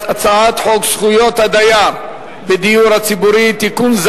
הצעת חוק זכויות הדייר בדיור הציבורי (תיקון,